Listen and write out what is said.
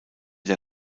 der